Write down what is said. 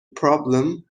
problem